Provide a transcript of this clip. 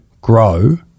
grow